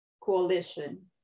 coalition